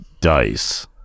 dice